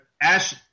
Ash